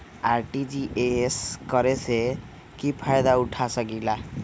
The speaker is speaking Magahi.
आर.टी.जी.एस करे से की फायदा उठा सकीला?